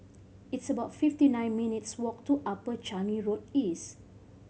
it's about fifty nine minutes' walk to Upper Changi Road East